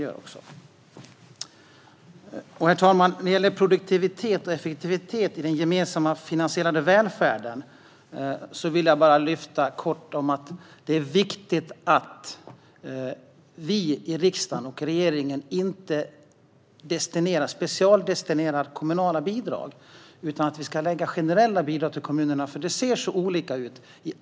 Vad gäller produktivitet och effektivitet i den gemensamt finansierade välfärden är det viktigt att riksdag och regering inte specialdestinerar kommunala bidrag. Det ska läggas generella bidrag till kommunerna, för det ser så olika ut i kommunerna.